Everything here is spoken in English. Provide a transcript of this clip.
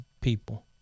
people